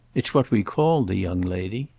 it's what we call the young lady.